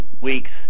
week's